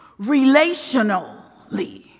relationally